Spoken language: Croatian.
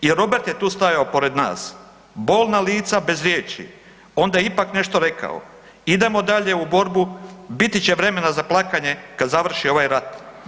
I Robert je tu stajao pored nas, bolna lica bez riječi, onda je ipak nešto rekao, idemo dalje u borbu, biti će vremena za plakanje kad završi ovaj rat.